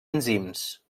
enzims